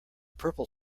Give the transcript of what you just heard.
purple